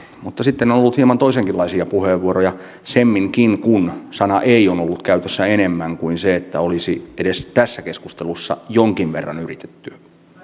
mutta sitten on ollut hieman toisenkinlaisia puheenvuoroja semminkin kun sana ei on ollut käytössä enemmän kuin se että olisi edes tässä keskustelussa jonkin verran yritetty